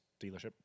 dealership